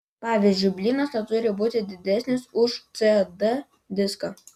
pavyzdžiui blynas neturi būti didesnis už cd diską